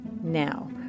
Now